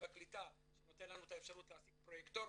והקליטה שנותן לנו את האפשרות להעסיק פרויקטור.